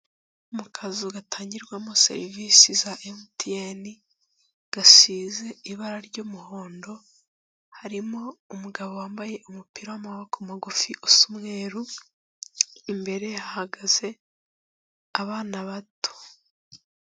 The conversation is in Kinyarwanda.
Mu kazu gatangirwamo serivisi za MTN, gasize ibara ry'umuhondo, harimo umugabo wambaye umupira w'amaboko magufi usa umweru, imbere hagaze abana bato.